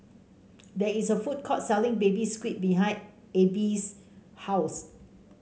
there is a food court selling Baby Squid behind Abie's house